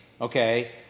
Okay